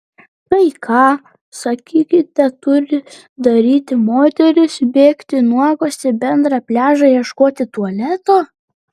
tai ką sakykite turi daryti moterys bėgti nuogos į bendrą pliažą ieškoti tualeto